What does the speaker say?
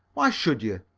why should you?